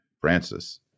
Francis